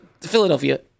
Philadelphia